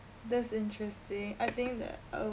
that's interesting I think that I